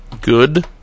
good